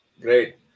Great